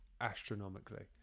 astronomically